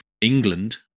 england